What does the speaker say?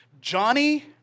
Johnny